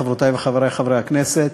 חברותי וחברי חברי הכנסת,